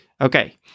Okay